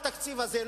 בתקציב הזה,